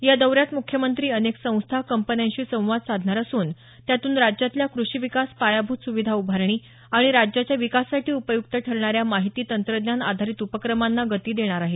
या दौऱ्यात मुख्यमंत्री अनेक संस्था कंपन्यांशी संवाद साधणार असून त्यातून राज्यातल्या कृषी विकास पायाभूत सुविधा उभारणी आणि राज्याच्या विकासासाठी उपयुक्त ठरणाऱ्या माहिती तंत्रज्ञान आधारित उपक्रमांना गती देणार आहेत